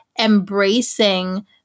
embracing